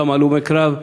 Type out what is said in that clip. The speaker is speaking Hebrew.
אותם הלומי קרב,